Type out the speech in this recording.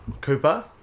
Cooper